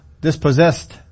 dispossessed